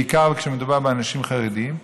בעיקר כשמדובר באנשים חרדים,